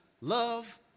love